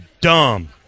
dumb